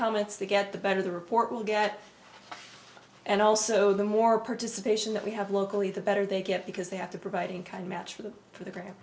comments they get the better the report will get and also the more participation that we have locally the better they get because they have to provide in kind match for the for the gra